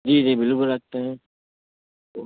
جی جی بالکل رکھتے ہیں تو